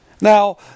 Now